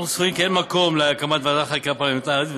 אנו סבורים כי אין מקום להקמת ועדת חקירה פרלמנטרית,